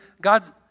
God's